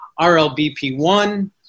RLBP1